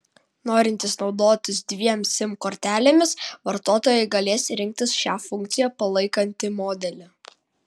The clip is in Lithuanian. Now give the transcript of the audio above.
norintys naudotis dviem sim kortelėmis vartotojai galės rinktis šią funkciją palaikantį modelį